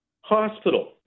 hospital